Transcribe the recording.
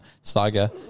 saga